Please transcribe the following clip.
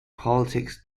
politics